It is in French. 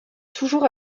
toujours